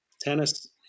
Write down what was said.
Tennis